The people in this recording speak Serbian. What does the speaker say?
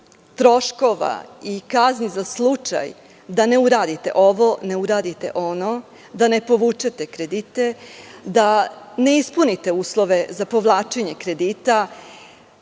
troškova i kazni za slučaj da ne uradite ovo, ono, da ne povučete kredite, da ne ispunite uslove za povlačenje kredita